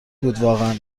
بودواقعا